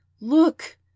Look